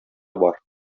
бар